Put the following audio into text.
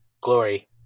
glory